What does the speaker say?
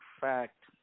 fact